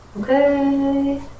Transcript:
Okay